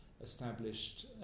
established